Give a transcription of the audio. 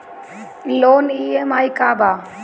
Loan EMI का बा?